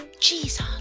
Jesus